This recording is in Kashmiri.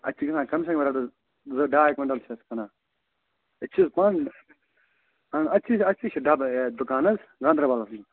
اَتہِ چھِ کٕنان کم سے کم رٮ۪تس زٕ ڈاے کۄینٛٹل چھِ أسۍ کٕنان أسۍ چھِ پانہٕ اَہَن حظ اَتی چھِ أتی چھِ اَسہِ چھِ ڈَبہٕ ہے دُکان حظ گانٛدربلس منٛز